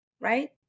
right